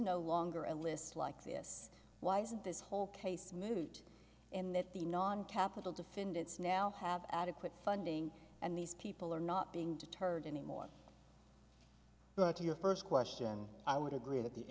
no longer a list like this why isn't this whole case moot and that the non capital defendants now have adequate funding and these people are not being deterred anymore but to your first question i would agree that the